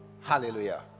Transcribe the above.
Hallelujah